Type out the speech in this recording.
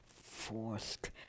forced